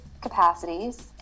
capacities